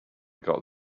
got